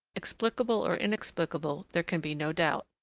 explicable or inexplicable, there can be no doubt.